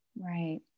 right